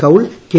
Kaul K